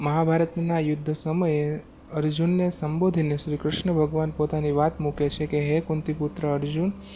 મહાભારતનાં યુદ્ધ સમયે અર્જૂનને સંબોધીને શ્રી કૃષ્ણ ભગવાન પોતાની વાત મૂકે છે કે હે કુંતીપુત્ર અર્જુન